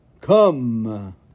come